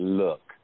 look